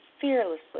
fearlessly